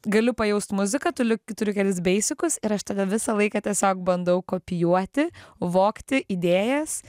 galiu pajaust muziką kuliu turiu kelis beisikus ir aš tada visą laiką tiesiog bandau kopijuoti vogti idėjas